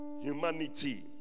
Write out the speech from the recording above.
humanity